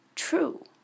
True